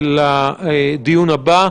להצטרף לדיון הבא.